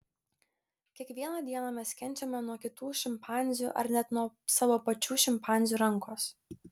kiekvieną dieną mes kenčiame nuo kitų šimpanzių ar net nuo savo pačių šimpanzių rankos